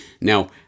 Now